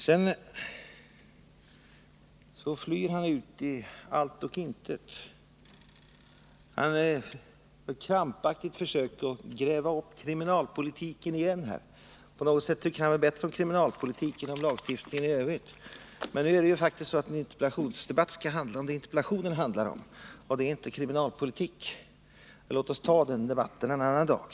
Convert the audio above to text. Sedan flyr han ut i allt och intet. Han gör ett krampaktigt försök att gräva upp kriminalpolitiken igen. På något sätt tycker han väl bättre om kriminalpolitiken än lagstiftningen i övrigt. Men nu är det faktiskt så att en interpellationsdebatt skall handla om det som interpellationen handlar om, och det är inte kriminalpolitik. Låt oss ta den debatten en annan dag!